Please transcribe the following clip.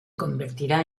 convertirá